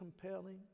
compelling